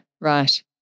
right